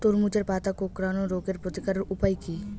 তরমুজের পাতা কোঁকড়ানো রোগের প্রতিকারের উপায় কী?